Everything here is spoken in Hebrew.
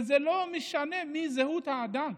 וזה לא משנה מה זהות האדם.